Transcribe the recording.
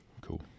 Cool